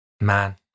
Man